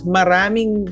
maraming